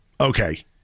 okay